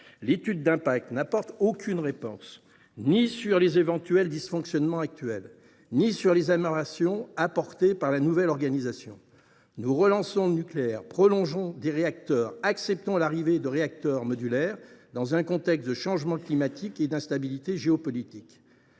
L’étude d’impact n’apporte aucune réponse, ni sur les éventuels dysfonctionnements actuels ni sur les améliorations apportées par la nouvelle organisation. Nous relançons le nucléaire, prolongeons des réacteurs, acceptons l’arrivée de réacteurs modulaires dans un contexte de changement climatique et d’instabilité géopolitique.